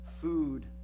food